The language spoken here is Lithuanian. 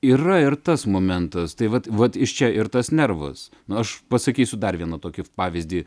yra ir tas momentas tai vat vat iš čia ir tas nervas aš pasakysiu dar vieną tokį pavyzdį